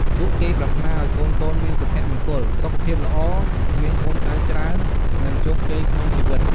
ពួកគេប្រាថ្នាឱ្យកូនៗមានសុភមង្គល សុខភាពល្អ មានកូនចៅច្រើន និងជោគជ័យក្នុងជីវិត។